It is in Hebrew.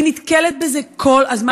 אני נתקלת בזה כל הזמן.